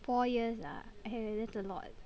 four years ah eh that's a lot